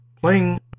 Playing